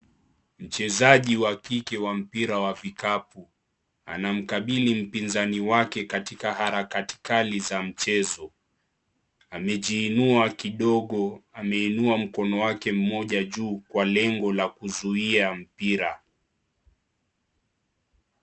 Mchezaji wa kike wa mpira wa vikapu anamkabili mpinzani wake katika harakati kali za mchezo. Amejiinua kidogo ameinua mkono wake mmoja juu kwa lengo la kuzuia mpira.